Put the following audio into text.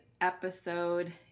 episode